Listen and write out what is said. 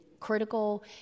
Critical